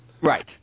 Right